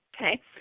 Okay